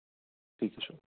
ٹھیٖک حظ چھُ